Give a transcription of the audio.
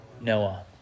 Noah